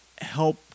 help